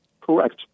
correct